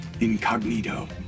incognito